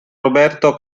roberto